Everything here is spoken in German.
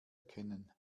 erkennen